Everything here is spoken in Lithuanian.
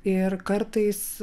ir kartais